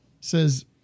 says